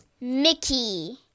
Mickey